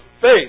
faith